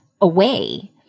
away